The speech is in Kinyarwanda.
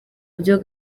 byo